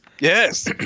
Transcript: yes